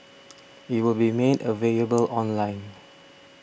it will be made available online